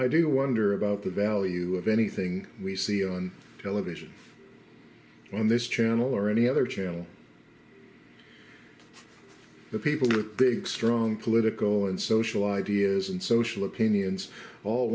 i do wonder about the value of anything we see on television on this channel or any other channel the people who are big strong political and social ideas and social opinions all